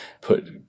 put